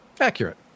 Accurate